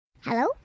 Hello